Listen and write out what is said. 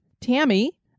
Tammy